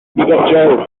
jailed